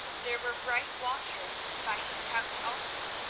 there were bright watchers by his couch also,